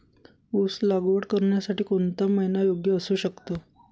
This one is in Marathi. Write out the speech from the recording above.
ऊस लागवड करण्यासाठी कोणता महिना योग्य असू शकतो?